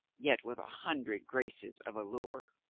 yet with a hundred graces of allure.